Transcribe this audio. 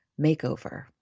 makeover